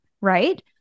right